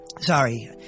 Sorry